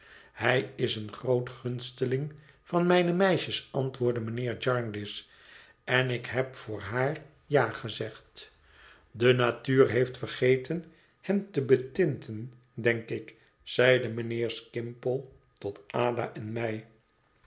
hij is een groot gunsteling van mijne meisjes antwoordde mijnheer jarndyce en ik heb voor haar ja gezegd de natuur heeft vergeten hem te betinten denk ik zeide mijnheer skimpole tot ada en mij